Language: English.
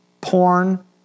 porn